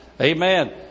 Amen